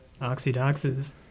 Oxydoxes